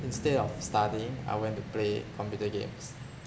instead of studying I went to play computer games